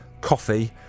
coffee